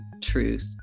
truth